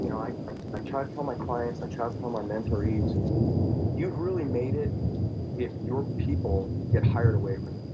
you know i i try to tell my clients, i try to tell my mentorees you've really made it if your people get hired away from